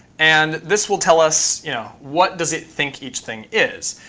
and this will tell us, you know what does it think each thing is?